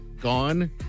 gone